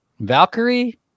Valkyrie